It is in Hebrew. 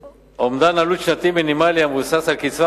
אומדן עלות שנתי מינימלי המבוסס על קצבה